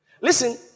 Listen